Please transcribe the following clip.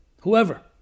whoever